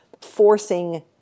forcing